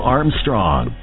Armstrong